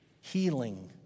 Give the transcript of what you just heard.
healing